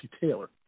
Taylor